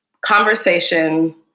conversation